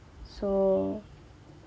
so